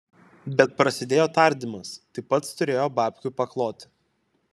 bet prasidėjo tardymas tai pats turėjo babkių pakloti